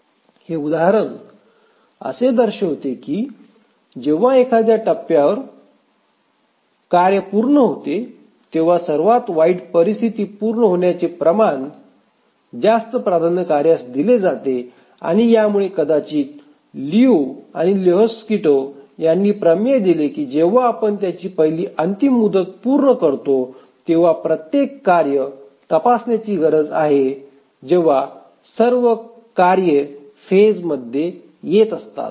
हे उदाहरण असे दर्शविते की जेव्हा एखाद्या टप्प्यावर जेव्हा कार्य पूर्ण होते तेव्हा सर्वात वाईट परिस्थिती पूर्ण होण्याचे प्रमाण जास्त प्राधान्य कार्यास दिले जाते आणि यामुळे कदाचित लियू आणि लेहोकस्कीटो यांनी प्रमेय दिले की जेव्हा आपण त्याची पहिली अंतिम मुदत पूर्ण करतो तेव्हा प्रत्येक कार्य तपासण्याची गरज आहे जेव्हा सर्व कामे फेज मधे येतात